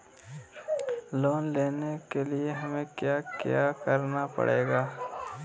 Loan लेने के लिए हमें क्या क्या करना पड़ेगा?